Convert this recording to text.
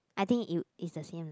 I think you it's the same lah